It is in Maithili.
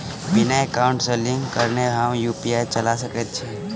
बिना एकाउंट सँ लिंक करौने हम यु.पी.आई चला सकैत छी?